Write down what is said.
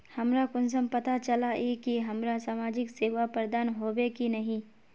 हमरा कुंसम पता चला इ की हमरा समाजिक सेवा प्रदान होबे की नहीं?